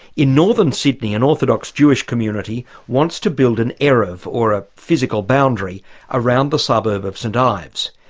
in northern sydney, an orthodox jewish community wants to build an eruv or a physical boundary around the suburb of st ives.